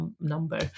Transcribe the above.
number